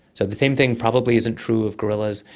so the same thing probably isn't true of gorillas,